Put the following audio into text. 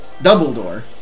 Dumbledore